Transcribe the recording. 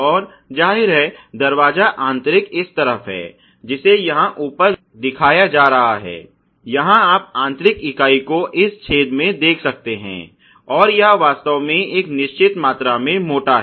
और जाहिर है दरवाजा आंतरिक इस तरफ है जिसे यहां ऊपर दिखाया जा रहा है जहां आप आंतरिक इकाई को इस छेद से देख सकते हैं और यह वास्तव में एक निश्चित मात्रा में मोटा है